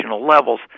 levels